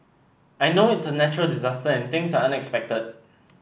I know it's a natural disaster and things are unexpected